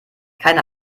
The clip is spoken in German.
keine